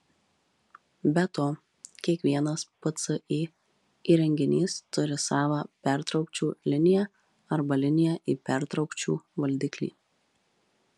be to kiekvienas pci įrenginys turi savą pertraukčių liniją arba liniją į pertraukčių valdiklį